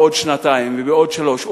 בעוד שנתיים ובעוד שלוש שנים,